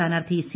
സ്ഥാനാർത്ഥി സി